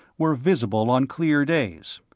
were visible on clear days.